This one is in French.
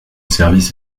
service